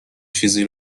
چیزی